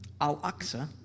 Al-Aqsa